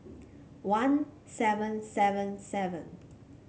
one seven seven seven